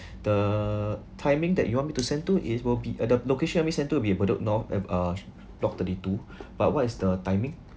the timing that you want me to send to is will be uh the location we'll send to will be uh bedok north ave uh block thirty two but what is the timing